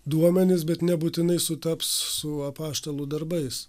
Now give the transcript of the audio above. duomenis bet nebūtinai sutaps su apaštalų darbais